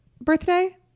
birthday